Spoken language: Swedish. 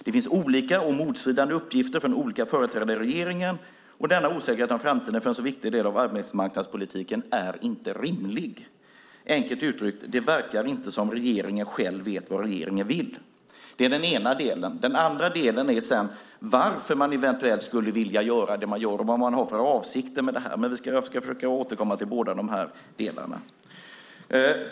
Det finns olika och motstridiga uppgifter från olika företrädare för regeringen, och denna osäkerhet om framtiden för en så viktig del av arbetsmarknadspolitiken är inte rimlig. Enkelt uttryckt: Det verkar inte som om regeringen själv vet vad regeringen vill. Det är den ena delen. Den andra delen är varför man eventuellt skulle vilja göra det man gör och vad man har för avsikter med detta. Jag ska försöka återkomma till båda dessa delar.